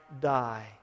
die